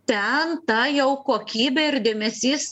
ten ta jau kokybė ir dėmesys